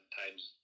time's